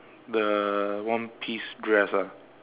the one piece dress ah